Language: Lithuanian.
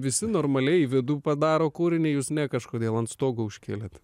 visi normaliai į vidų padaro kūrinį jūs ne kažkodėl ant stogo užkeliat